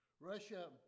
Russia